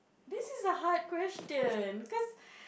this is a hard question cause